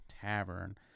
Tavern